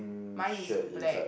mine is black